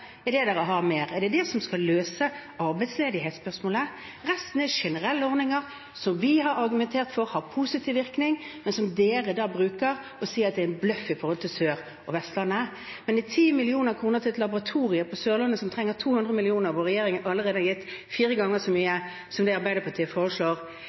er det de har mer. Er det det som skal løse arbeidsledighetsspørsmålet? Resten er generelle ordninger som vi har argumentert for har positiv virkning, men som de da sier er en bløff overfor Sør- og Vestlandet. Men 10 mill. kr til et laboratorium på Sørlandet som trenger 200 mill. kr, og hvor regjeringen allerede har gitt fire ganger så mye som det Arbeiderpartiet foreslår